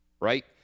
right